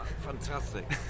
Fantastic